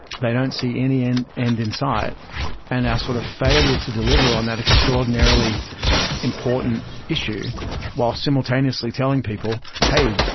they don't see any and end in sight and our sort of failure to deliver on that extraordinarily important issue while simultaneously telling people, hey,